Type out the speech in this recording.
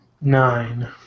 Nine